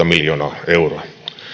miljoonaa euroa